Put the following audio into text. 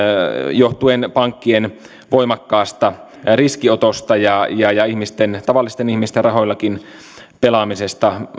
johtuen pankkien voimakkaasta riskinotosta ja ja tavallisten ihmistenkin rahoilla pelaamisesta